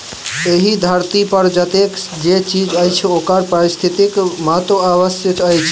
एहि धरती पर जतेक जे चीज अछि ओकर पारिस्थितिक महत्व अवश्य अछि